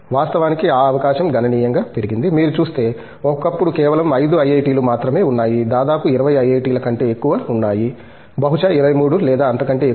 వాస్తవానికి ఆ అవకాశం గణనీయంగా పెరిగింది మీరు చూస్తే ఒకప్పుడు కేవలం 5 ఐఐటిలు మాత్రమే ఉన్నాయి దాదాపు 20 ఐఐటిల కంటే ఎక్కువ ఉన్నాయి బహుశా 23 లేదా అంతకంటే ఎక్కువ